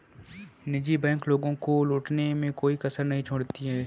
निजी बैंक लोगों को लूटने में कोई कसर नहीं छोड़ती है